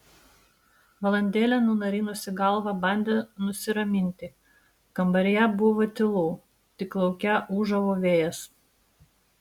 valandėlę nunarinusi galvą bandė nusiraminti kambaryje buvo tylu tik lauke ūžavo vėjas